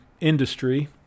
industry